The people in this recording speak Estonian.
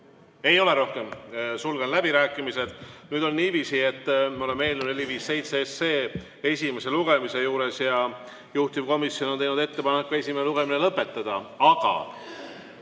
Ei ole rohkem. Sulgen läbirääkimised. Nüüd on niiviisi, et me oleme eelnõu 457 esimese lugemise juures ja juhtivkomisjon on teinud ettepaneku esimene lugemine lõpetada, aga